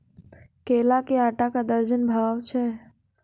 केला के आटा का दर्जन बाजार भाव छ?